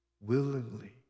willingly